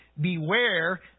Beware